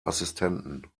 assistenten